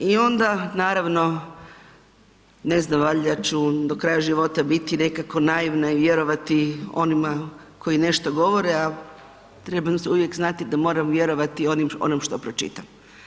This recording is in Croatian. I onda naravno, ne znam valjda ću do kraja života biti nekako naivna i vjerovati onima koji nešto govore, a trebam se uvijek znati da moram vjerovati onom što pročitam.